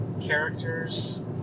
characters